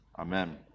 Amen